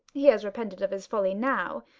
he has repented of his folly now,